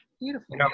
Beautiful